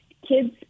Kids